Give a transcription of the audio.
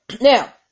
Now